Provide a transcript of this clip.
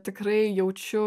tikrai jaučiu